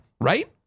right